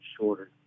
shorter